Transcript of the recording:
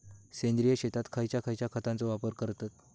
सेंद्रिय शेतात खयच्या खयच्या खतांचो वापर करतत?